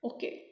Okay